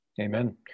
Amen